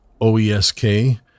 OESK